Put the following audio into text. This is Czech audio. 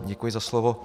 Děkuji za slovo.